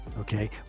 okay